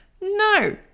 No